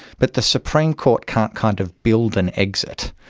but the supreme court can't kind of build an exit,